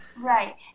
Right